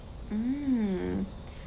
mm